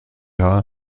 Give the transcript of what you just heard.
rahmen